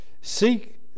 seek